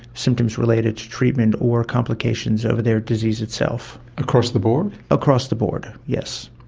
symptoms related to treatment or complications of their disease itself. across the board? across the board, yes.